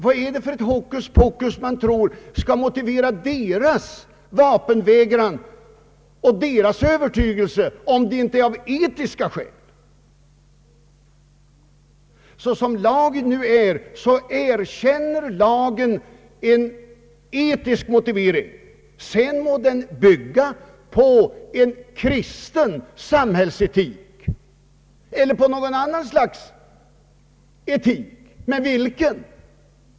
Vad är det för hokus pokus man tror motiverar deras övertygelse och deras vapenvägran om inte etiska skäl? Som lagen nu är erkänner den en etisk motivering. Sedan må den bygga på en kristen samhällsetik eller på något annat slags etik — men vilken?